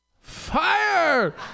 Fire